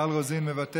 מיכל רוזין, מוותרת,